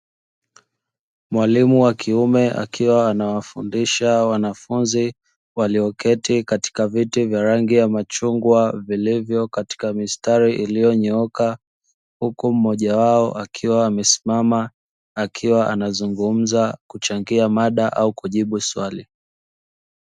Mwalimu wa kiume akiwa anawafundisha wanafunzi walioketi katika viti vya rangi ya machungwa, vilivyo katika mistari iliyonyooka huko mmoja wao akiwa amesimama akiwa anazungumza kuchangia mada au kujibu swali.